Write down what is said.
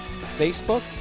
Facebook